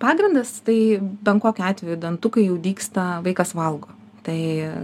pagrindas tai bet kokiu atveju dantukai jau dygsta vaikas valgo tai